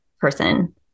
person